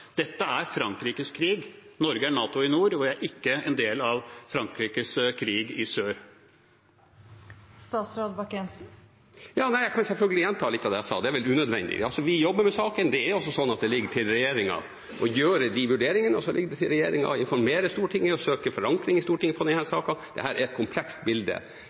Dette er Frankrikes krig. Norge er NATO i nord, og vi er ikke en del av Frankrikes krig i sør. Jeg kan selvfølgelig gjenta litt av det jeg sa, men det er vel unødvendig: Vi jobber med saken. Det er altså slik at det ligger til regjeringen å foreta disse vurderingene, og så ligger det til regjeringen å informere Stortinget og søke forankring i Stortinget for disse sakene. Dette er et komplekst bilde,